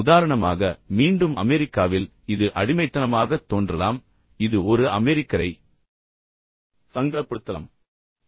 உதாரணமாக மீண்டும் அமெரிக்காவில் இது அடிமைத்தனமாகத் தோன்றலாம் மேலும் இது ஒரு அமெரிக்கரை சங்கடப்படுத்தலாம்